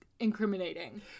incriminating